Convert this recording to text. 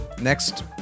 next